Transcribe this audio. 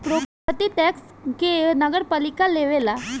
property tax के नगरपालिका लेवेला